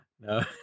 No